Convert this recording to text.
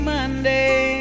Monday